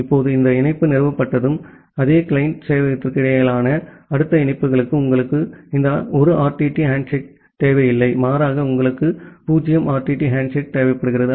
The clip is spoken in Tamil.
இப்போது இந்த இணைப்பு நிறுவப்பட்டதும் அதே கிளையன்ட் சேவையகத்திற்கு இடையிலான அடுத்த இணைப்புகளுக்கு உங்களுக்கு இந்த 1 ஆர்டிடி ஹேண்ட்ஷேக் தேவையில்லை மாறாக உங்களுக்கு 0 ஆர்டிடி ஹேண்ட்ஷேக் தேவைப்படுகிறது